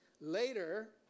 Later